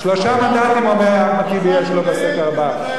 שלושה מנדטים, אומר אחמד טיבי, יש לו בסדר הבא.